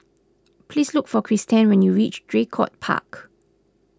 please look for Cristen when you reach Draycott Park